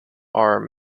are